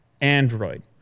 Android